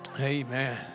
Amen